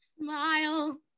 Smile